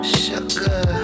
sugar